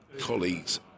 colleagues